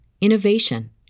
innovation